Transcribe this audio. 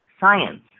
science